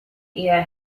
eyre